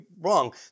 wrong